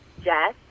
Jess